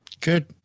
Good